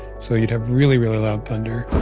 so you'd have really, really loud thunder.